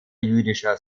jüdischer